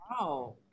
Wow